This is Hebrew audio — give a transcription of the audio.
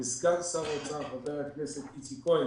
וסגן שר האוצר חבר הכנסת איציק כהן,